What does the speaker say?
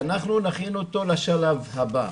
שאנחנו נכין אותו לשלב הבא.